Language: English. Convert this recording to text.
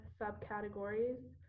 subcategories